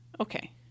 Okay